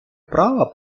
права